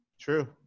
True